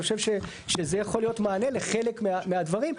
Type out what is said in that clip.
אני חושב שזה יכול להיות מענה לחלק מהדברים.